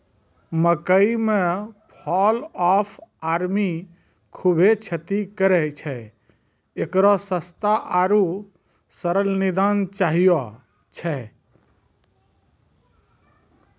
मकई मे fall of army खूबे क्षति करेय छैय, इकरो सस्ता आरु सरल निदान चाहियो छैय?